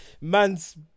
Man's